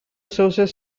sources